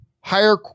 higher